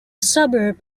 suburb